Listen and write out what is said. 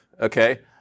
Okay